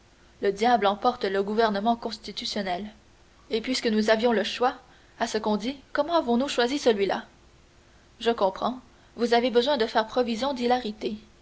le diable emporte le gouvernement constitutionnel et puisque nous avions le choix à ce qu'on dit comment avons-nous choisi celui-là je comprends vous avez besoin de faire provision d'hilarité